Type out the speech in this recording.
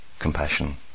compassion